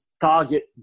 target